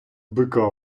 бика